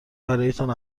برایتان